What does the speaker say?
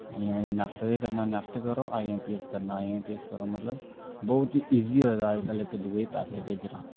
जियां नैफ्ट दे करना नैफ्ट करो आई ऐम पी ऐस करना आई ऐम पी ऐस करो मतलब बौह्त ईज़ी होए दा अज्ज कल इक दूए गी पैसे भेजना